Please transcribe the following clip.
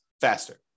faster